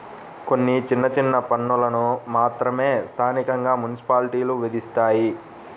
కొన్ని చిన్న చిన్న పన్నులను మాత్రమే స్థానికంగా మున్సిపాలిటీలు విధిస్తాయి